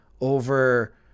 over